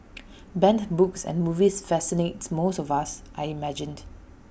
banned books and movies fascinate most of us I imagine